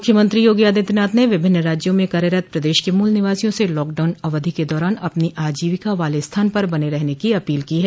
मुख्यमंत्री योगी आदित्यनाथ ने विभिन्न राज्यों में कार्यरत प्रदेश के मूल निवासियों से लॉकडाउन अवधि के दौरान अपनी आजीविका वाले स्थान पर बने रहने की अपील की है